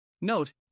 Note